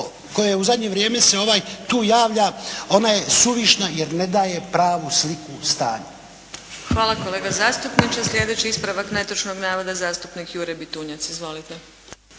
koje u zadnje vrijeme se ovaj tu javlja, ona je suvišna jer ne daje pravu sliku stanja. **Adlešič, Đurđa (HSLS)** Hvala kolega zastupniče. Sljedeći ispravak netočno navoda, zastupnik Jure Bitunjac. Izvolite!